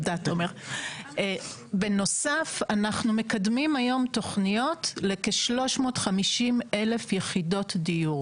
אנחנו מקדמים היום תוכניות לכ-350,000 יחידות דיור.